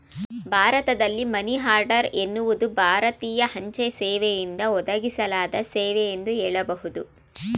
ಭಾರತದಲ್ಲಿ money order ಎನ್ನುವುದು ಭಾರತೀಯ ಅಂಚೆ ಸೇವೆಯಿಂದ ಒದಗಿಸಲಾದ ಸೇವೆ ಎಂದು ಹೇಳಬಹುದು